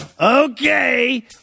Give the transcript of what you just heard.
Okay